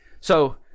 So-